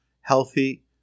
healthy